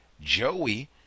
Joey